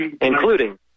including